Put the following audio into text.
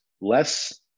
less